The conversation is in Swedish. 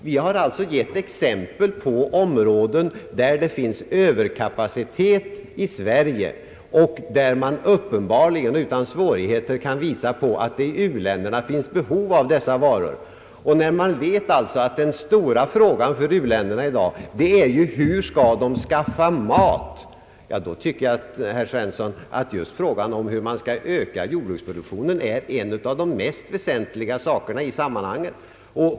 Vi har alltså gett exempel på områden där det finns överkapacitet i Sverige och där man uppenbarligen utan svårighet kan lita på att u-länderna har behov av våra varor. När man vet att den stora frågan för u-länderna i dag är hur de skall skaffa mat, då tycker jag, herr Svensson, att just frågan om hur man skall öka jordbruksproduktionen genom användning av konstgödsel är en av de mest väsentliga sakerna i sammanhanget.